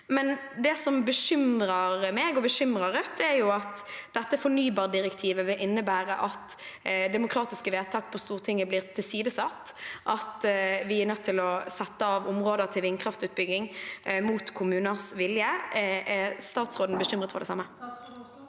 Det som bekymrer meg og Rødt, er at dette fornybardirektivet vil innebære at demokratiske vedtak på Stortinget blir tilsidesatt, at vi er nødt til å sette av områder til vindkraftutbygging mot kommuners vilje. Er statsråden bekymret for det samme?